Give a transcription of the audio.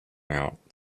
out